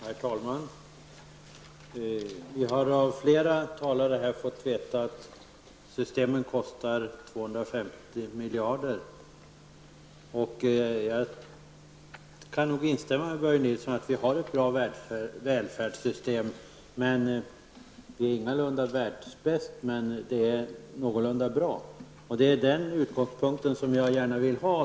Herr talman! Vi har av flera talare fått veta att systemen kostar 250 miljarder. Jag kan nog instämma med Börje Nilsson i att vi har ett bra välfärdssystem. Vi är ingalunda världsbäst, men det är någorlunda bra. Det är den utgångspunkt som jag gärna vill ha.